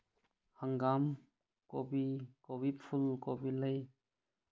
ꯍꯪꯒꯥꯝ ꯀꯣꯕꯤ ꯀꯣꯕꯤ ꯐꯨꯜ ꯀꯣꯕꯤ ꯂꯩ